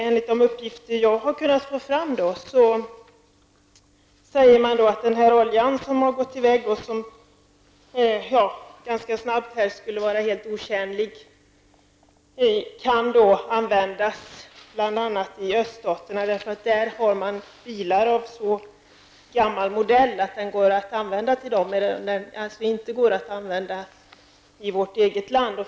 Enligt uppgifter som jag har kunnat få fram sägs att den olja som snabbt skulle bli helt otjänlig här kan användas i bl.a. öststaterna, eftersom man där har bilar av så gamla modeller att oljan går att använda.